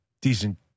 decent